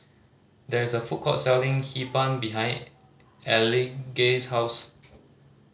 there is a food court selling Hee Pan behind Elige's house